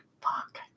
fuck